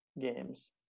games